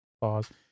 Pause